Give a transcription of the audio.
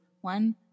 one